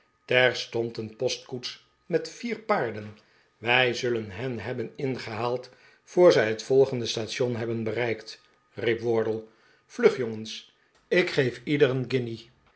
terstond een postkoets met vier paarden wij zullen hen hebben ingehaald voor zij het volgende station hebben bereiktl riep wardle vlug jongens ik geef ieder een